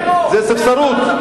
היום איימתם בטרור, זה ספסרות.